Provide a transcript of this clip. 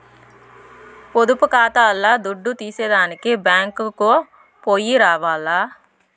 పొదుపు కాతాల్ల దుడ్డు తీసేదానికి బ్యేంకుకో పొయ్యి రావాల్ల